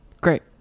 great